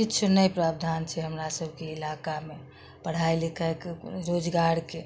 किछु नहि प्रावधान छै हमरा सभके इलाकामे पढ़ाइ लिखाइके रोजगारके